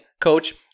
coach